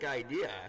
idea